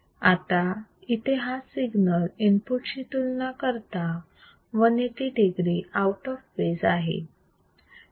आता इथे हा सिग्नल इनपुट शी तुलना करता 180 degree आऊट ऑफ फेज आहे